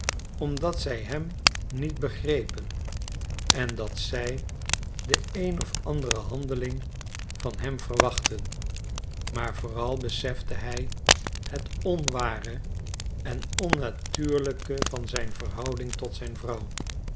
omdat zij hem niet begrepen en dat zij de een of andere handeling van hem verwachtten maar vooral besefte hij het onware en onnatuurlijke van zijn verhouding tot zijn vrouw